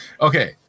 Okay